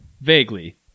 Vaguely